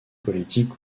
politique